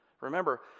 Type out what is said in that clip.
Remember